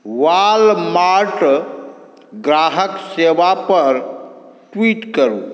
Walmart ग्राहक सेवा पर ट्वीट करू